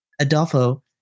Adolfo